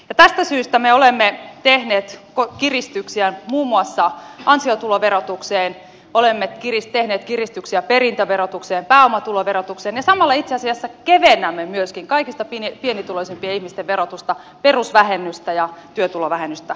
tästä syystä me olemme tehneet kiristyksiä muun muassa ansiotuloverotukseen olemme tehneet kiristyksiä perintöverotukseen pääomatuloverotukseen ja samalla itse asiassa kevennämme myöskin kaikista pienituloisimpien ihmisten verotusta perusvähennystä ja työtulovähennystä nostamalla